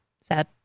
Sad